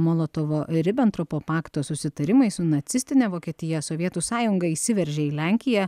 molotovo ribentropo pakto susitarimai su nacistine vokietija sovietų sąjunga įsiveržė į lenkiją